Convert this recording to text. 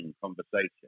conversation